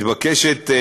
מתבקשת,